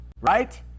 right